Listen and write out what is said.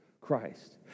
Christ